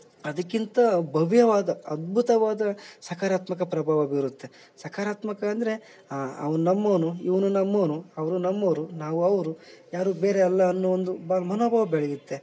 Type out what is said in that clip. ಅದಕ್ಕಿಂತ ಭವ್ಯವಾದ ಅದ್ಬುತವಾದ ಸಕಾರಾತ್ಮಕ ಪ್ರಭಾವ ಬೀರುತ್ತೆ ಸಕಾರಾತ್ಮಕ ಅಂದರೆ ಅವ್ನು ನಮ್ಮವನು ಇವನು ನಮ್ಮವನು ಅವರು ನಮ್ಮವರು ನಾವು ಅವರು ಯಾರು ಬೇರೆ ಅಲ್ಲ ಅನ್ನೋ ಒಂದು ಮನೋಭಾವ ಬೆಳೆಯುತ್ತೆ